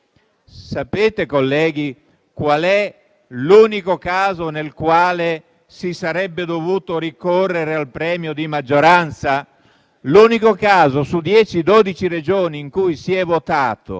Sapete, colleghi, qual è l'unico caso nel quale si sarebbe dovuto ricorrere al premio di maggioranza? L'unico caso, su 10-12 Regioni in cui si è votato,